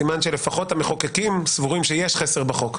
סימן שלפחות המחוקקים סבורים שיש חסר בחוק.